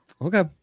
okay